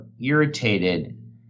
irritated